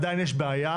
עדיין יש בעיה,